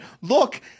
Look